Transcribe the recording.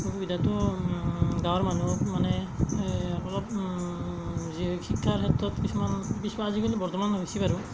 অসুবিধাটো গাঁৱৰ মানুহক মানে অলপ যি শিক্ষাৰ ক্ষেত্ৰত কিছুমান আজিকালি বৰ্তমান হৈছে বাৰু